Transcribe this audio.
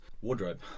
wardrobe